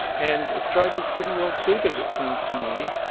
and australia is pretty well suited, it seems to me,